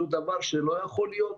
זה דבר שלא יכול להיות,